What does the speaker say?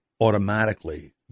automatically